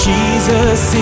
Jesus